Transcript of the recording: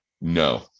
no